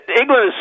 England